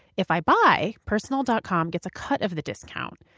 if i buy, personal dot com gets a cut of the discount.